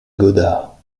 godard